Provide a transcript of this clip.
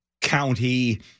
county